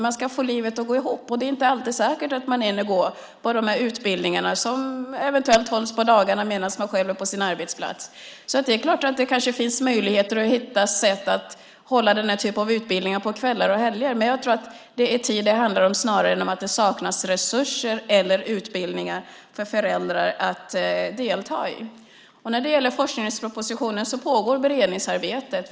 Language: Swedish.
Man ska få livet att gå ihop, och det är inte alltid säkert att man hinner gå på de utbildningar som eventuellt hålls på dagarna när man själv är på sin arbetsplats. Det är klart att det kanske finns möjligheter att hitta sätt att hålla den typen av utbildningar på kvällar och helger, men det handlar mer om tid än att det skulle saknas resurser eller utbildningar för föräldrar att delta i. Det pågår ett beredningsarbete inför forskningspropositionen.